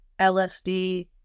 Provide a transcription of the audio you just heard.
LSD